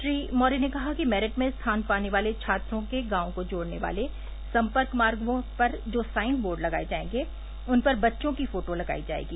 श्री मौर्य ने कहा कि मेरिट में स्थान पाने वाले छात्रों के गॉवों को जोड़ने वाले सम्पर्क मार्गो पर जो साइनबोर्ड लगाये जायेंगे उन पर बच्चों की फोटो लगाई जायेगी